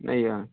नहि यए